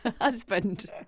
husband